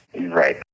Right